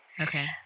Okay